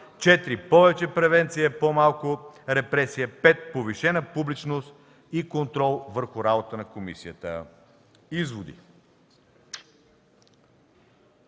4. Повече превенция, по-малко репресия. 5. Повишена публичност и контрол върху работата на комисията. Изводи.